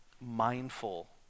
mindful